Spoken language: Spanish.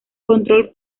control